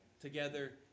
together